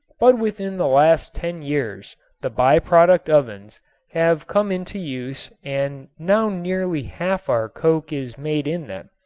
but within the last ten years the by-product ovens have come into use and now nearly half our coke is made in them.